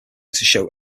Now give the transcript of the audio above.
show